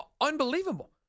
unbelievable